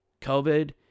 COVID